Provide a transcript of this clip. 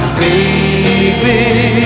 baby